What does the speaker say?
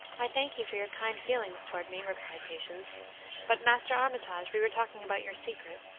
i thank you for your kind feelings toward me, replied patience but, master armitage, we were talking about your secret.